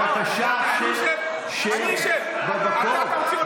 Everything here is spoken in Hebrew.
בבקשה, שב, שב במקום.